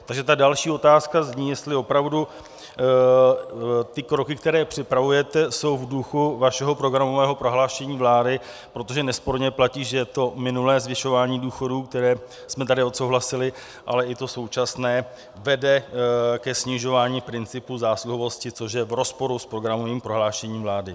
Takže ta další otázka zní, jestli opravdu ty kroky, které připravujete, jsou v duchu vašeho programového prohlášení vlády, protože nesporně platí, že to minulé zvyšování důchodů, které jsme tady odsouhlasili, ale i to současné vede ke snižování principu zásluhovosti, což je v rozporu s programovým prohlášením vlády.